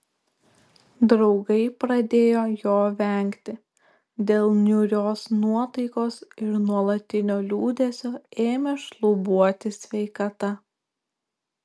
draugai pradėjo jo vengti dėl niūrios nuotaikos ir nuolatinio liūdesio ėmė šlubuoti sveikata